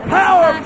power